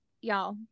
y'all